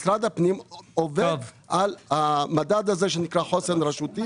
משרד הפנים עובד על המדד הזה שנקרא חוסן רשותי.